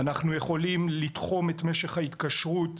אנחנו יכולים לתחום את משך ההתקשרות.